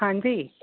हां जी